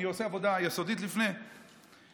אני עושה עבודה יסודית לפני כן,